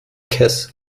kessel